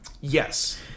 Yes